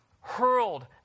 hurled